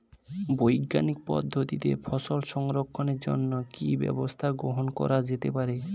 বৈজ্ঞানিক পদ্ধতিতে ফসল সংরক্ষণের জন্য কি ব্যবস্থা গ্রহণ করা যেতে পারে?